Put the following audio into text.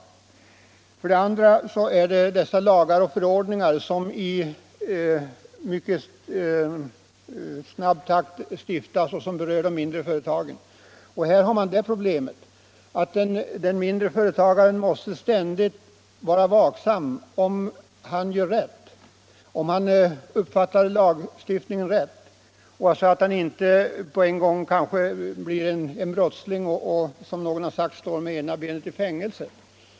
För det andra måste småföretagaren ständigt vara vaksam, så att han handlar rätt och inte bryter mot dessa lagar och förordningar, som stiftas i mycket snabb takt. Han riskerar annars att helt plötsligt bli en brottsling och, som någon sagt, stå med ena benet i fängelset.